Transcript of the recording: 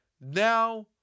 Now